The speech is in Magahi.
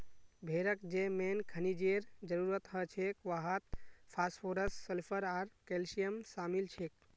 भेड़क जे मेन खनिजेर जरूरत हछेक वहात फास्फोरस सल्फर आर कैल्शियम शामिल छेक